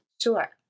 Sure